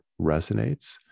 resonates